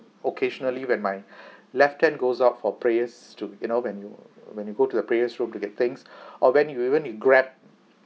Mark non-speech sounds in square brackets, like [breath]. occasionally when my [breath] left hand goes out for prayers to you know when you when you go to the prayers room to get things [breath] or when you even grab